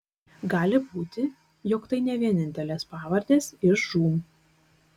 gali būti jog tai ne vienintelės pavardės iš žūm